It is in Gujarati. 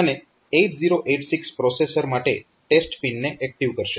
અને 8086 પ્રોસેસર માટે ટેસ્ટ પિનને એક્ટીવ કરશે